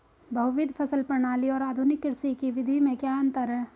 बहुविध फसल प्रणाली और आधुनिक कृषि की विधि में क्या अंतर है?